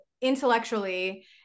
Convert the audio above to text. intellectually